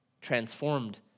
transformed